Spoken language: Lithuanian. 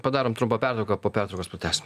padarom trumpą pertrauką po pertraukos pratęsim